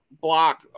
block